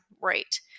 right